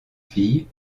fille